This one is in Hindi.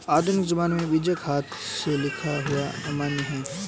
आधुनिक ज़माने में बीजक हाथ से लिखा हुआ अमान्य है